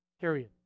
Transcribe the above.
period